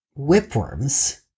whipworms